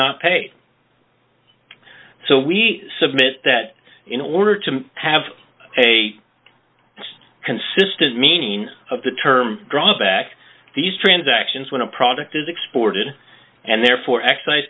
not pate so we submit that in order to have a consistent meaning of the term drawback to these transactions when a product is exported and therefore excise